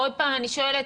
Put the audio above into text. עוד פעם אני שואלת,